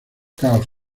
caos